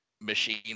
machine